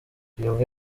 kiyovu